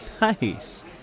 Nice